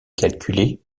calculée